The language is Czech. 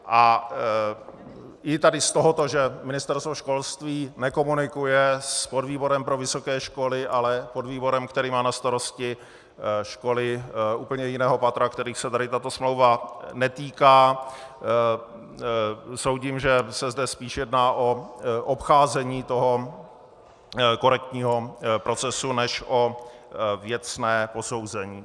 A i z tohoto, že Ministerstvo školství nekomunikuje s podvýborem pro vysoké školy, ale s podvýborem, který má na starosti školy úplně jiného patra, kterých se tato smlouva netýká, soudím, že se zde spíš jedná o obcházení korektního procesu než o věcné posouzení.